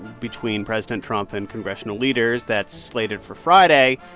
between president trump and congressional leaders. that's slated for friday.